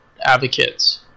advocates